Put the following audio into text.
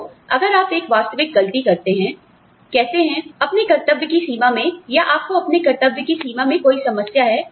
तो अगर आप एक वास्तविक गलती करते हैं कहते है अपनी कर्तव्य की सीमा में या आपको अपने कर्तव्य की सीमा में कोई समस्या है